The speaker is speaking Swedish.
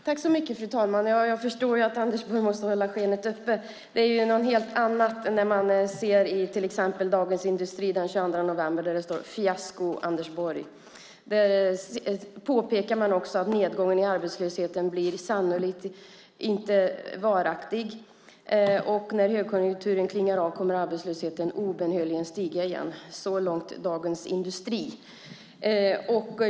Fru talman! Jag förstår att Anders Borg måste hålla skenet uppe. Det är något helt annat som framkommer i till exempel Dagens Industri den 22 november där det står: Fiasko, Anders Borg. Där påpekar man också att nedgången i arbetslösheten sannolikt inte blir varaktig och att arbetslösheten när högkonjunkturen klingar av obönhörligen kommer att stiga igen. Så långt Dagens Industri.